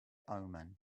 omen